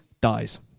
dies